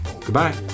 goodbye